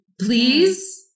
Please